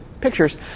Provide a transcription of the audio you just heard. pictures